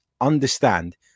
understand